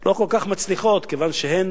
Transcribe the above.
לא כל כך מצליחות, כיוון שהן,